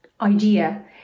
idea